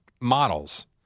models